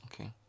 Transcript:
Okay